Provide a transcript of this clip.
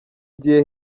gihe